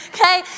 Okay